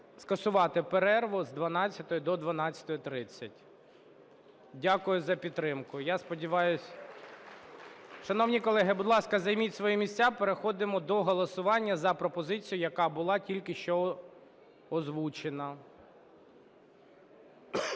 скасувати перерву з 12 до 12:30. Дякую за підтримку, я сподіваюся… Шановні колеги, будь ласка, займіть свої місця, переходимо до голосування за пропозицію, яка була тільки що озвучена.